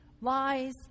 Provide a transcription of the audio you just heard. lies